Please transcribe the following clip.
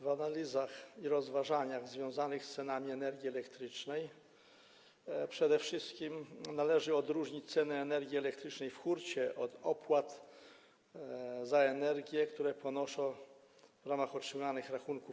W analizach i rozważaniach związanych z cenami energii elektrycznej przede wszystkim należy odróżnić ceny energii elektrycznej w hurcie od opłat za energię, które ponoszą odbiorcy w ramach otrzymanych rachunków.